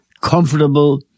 comfortable